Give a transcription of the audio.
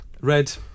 Red